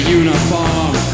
uniform